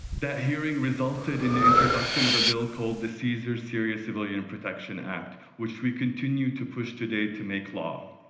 that hearing resulted in an introduction of a bill called the caesar caesar yeah civilian and protection act, which we continue to push today to make law,